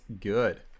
good